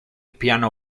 piano